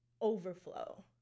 overflow